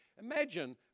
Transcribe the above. Imagine